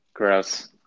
Gross